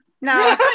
No